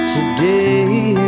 Today